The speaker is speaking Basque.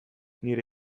nire